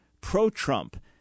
pro-Trump